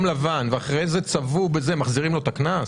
באדום-לבן ואחרי זה צבעו את זה בכחול-לבן מחזירים לו את הקנס?